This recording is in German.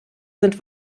sind